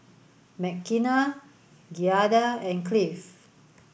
Mckenna Giada and Cliff